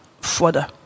further